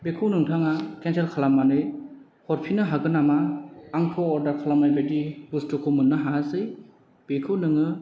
बेखौ नोंथांआ केन्सेल खालामनानै हरफिन्नो हागोन नामा आंथ' अर्दार खालामनाय बायदि बुस्थुखौ मोन्नो हायासै बेखौ नोङो